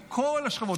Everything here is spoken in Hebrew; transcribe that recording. מכל השכבות,